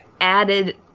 added